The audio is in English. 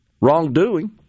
wrongdoing